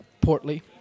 portly